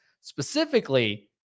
specifically